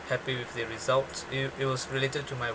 happy with the result it'll it was related to my